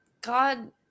God